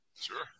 Sure